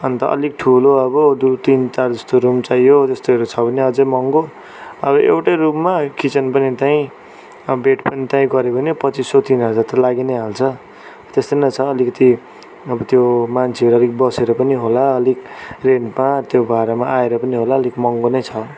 अन्त अलिक ठुलो अब दुई तिनटा जस्तो रुम चाहियो त्यस्तैहरू छ अझै महँगो अब एउटै रुममा किचन पनि त्यहीँ अब बेड पनि त्यहीँ गऱ्यो भने पच्चिस सय तिन हजार त लागि नै हाल्छ त्यस्तै नै छ अलिकति अब त्यो मान्छे अलिक बसेर पनि होला अलिक रेन्टमा त्यो भएर आएर पनि होला अलिक महँगो नै छ